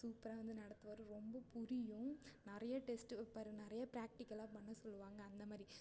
சூப்பராக வந்து நடத்துவார் ரொம்ப புரியும் நிறைய டெஸ்ட்டு வைப்பாரு நிறையா ப்ராக்டிக்கல்லாம் பண்ண சொல்லுவாங்க அந்தமாதிரி